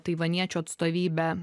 taivaniečių atstovybę